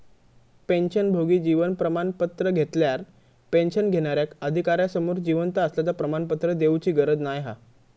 पेंशनभोगी जीवन प्रमाण पत्र घेतल्यार पेंशन घेणार्याक अधिकार्यासमोर जिवंत असल्याचा प्रमाणपत्र देउची गरज नाय हा